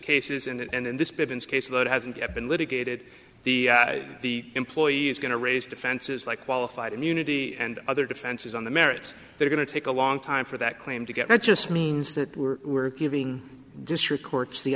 cases and in this business case load hasn't yet been litigated the the employee is going to raise defenses like qualified immunity and other defenses on the merits they're going to take a long time for that claim to get that just means that we're giving district courts the